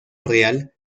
real